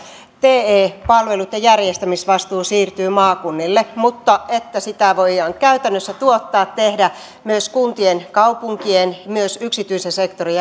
te palveluitten järjestämisvastuu siirtyy maakunnille mutta että sitä voidaan käytännössä tuottaa tehdä myös kuntien kaupunkien myös yksityisen sektorin